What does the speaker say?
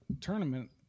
tournament